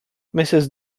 mrs